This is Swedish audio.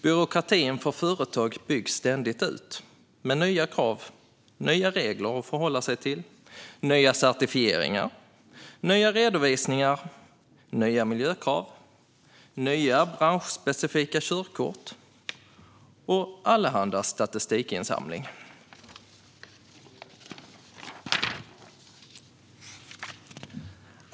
Byråkratin för företag byggs ständigt ut med nya krav, nya regler att förhålla sig till, nya certifieringar, nya redovisningar, nya miljökrav, nya branschspecifika körkort och allehanda statistikinsamling.